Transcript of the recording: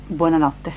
buonanotte